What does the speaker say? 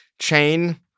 chain